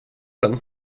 den